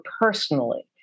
personally